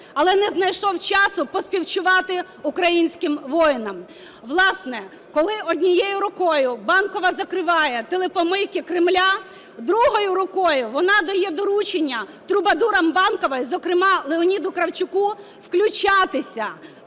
але не знайшов часу поспілкуватися українським воїнам. Власне, коли однією рукою Банкова закриває телепомийки Кремля, другою рукою вона дає доручення "трубадурам Банкової", зокрема Леоніду Кравчуку, включатися